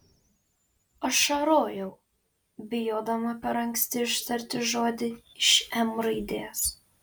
ašarojau bijodama per anksti ištarti žodį iš m raidės